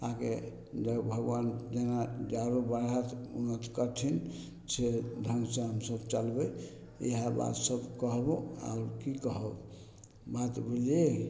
अहाँके भगवान जेना मे करथिन से ढङ्गसँ हमसब चलबय इएह बात सब कहब आओर की कहब बात बुझलियै